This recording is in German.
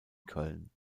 köln